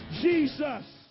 Jesus